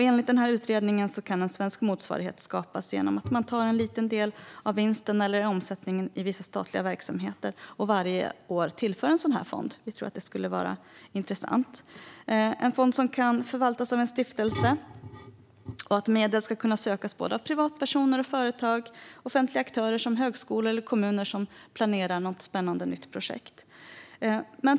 Enligt utredningen kan en svensk motsvarighet skapas genom att en liten del av vinsten eller omsättningen i vissa statliga verksamheter varje år tillförs fonden. Detta tror vi skulle vara intressant. Fonden kan förvaltas av en stiftelse, och medel ska kunna sökas av privatpersoner, företag eller offentliga aktörer som högskolor eller kommuner som planerar något spännande nytt projekt.